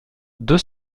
deux